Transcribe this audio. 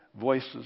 voices